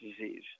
disease